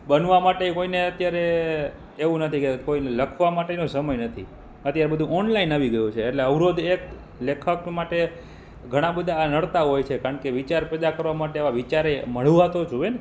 બનવા માટેય કોઇને અત્યારે એવું નથી કે કોઈને લખવા માટેનો સમય નથી અત્યારે બધું ઓનલાઈન આવી ગયું છે એટલે અવરોધ એક લેખક માટે ઘણા બધા નડતા હોય છે કારણ કે વિચાર પેદા કરવા માટે એવા વિચારેય મળવા તો જોઈએ ને